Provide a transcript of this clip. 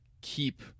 keep